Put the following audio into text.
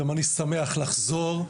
גם אני שמח לחזור.